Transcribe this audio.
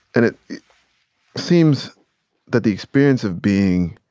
and it it seems that the experience of being